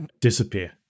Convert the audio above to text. disappear